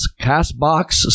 Castbox